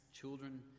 children